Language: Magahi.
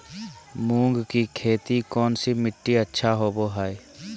मूंग की खेती कौन सी मिट्टी अच्छा होबो हाय?